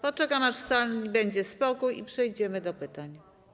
Poczekam, aż w sali będzie spokój i przejdziemy do pytań.